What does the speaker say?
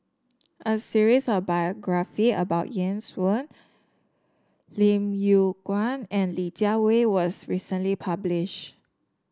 a series of biography about Ian Woo Lim Yew Kuan and Li Jiawei was recently published